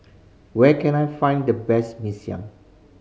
where can I find the best Mee Siam